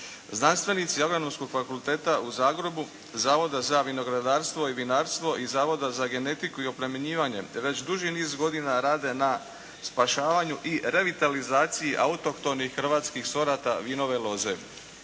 Znanstvenici Agronomskog fakulteta u Zagrebu Zavoda za vinogradarstvo i vinarstvo i Zavoda za genetiku i oplemenjivanje već duži niz godina rade na spašavanju i revitalizaciji autohtonih hrvatskih sorata vinove loze.